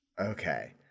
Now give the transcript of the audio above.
Okay